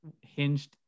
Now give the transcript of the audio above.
hinged